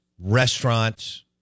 restaurants